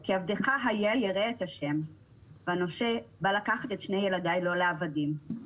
כי עבדך היה ירא את השם והנושה בא לקחת את שני ילדיי לו לעבדים".